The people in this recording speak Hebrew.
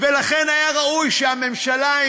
ולכן היה ראוי שהממשלה,